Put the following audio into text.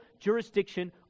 jurisdiction